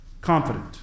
confident